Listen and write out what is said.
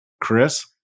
Chris